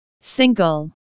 Single